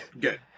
Good